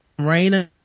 Raina